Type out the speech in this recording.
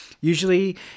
Usually